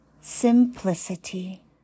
simplicity